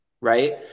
right